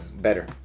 Better